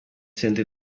center